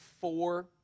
four